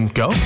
go